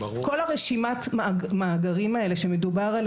כל רשימות המאגרים עליהם מדובר,